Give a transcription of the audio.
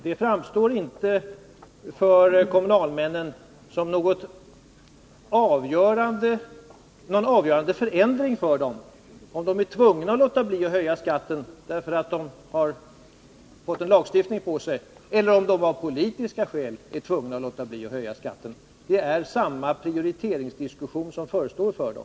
Det framstår inte för kommunalmännen som någon avgörande förändring, om de är tvungna att låta bli att höja skatten, därför att de har fått en lagstiftning på sig eller därför att de av politiska skäl är tvungna att låta bli att höja skatten. Det är samma prioriteringsdiskussion som förestår för dem.